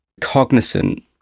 cognizant